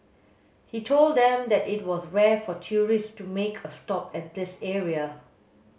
he told them that it was rare for tourists to make a stop at this area